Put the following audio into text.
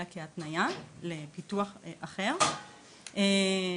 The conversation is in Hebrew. אלא כהתניה לפיתוח נקודות אחרות בעיר.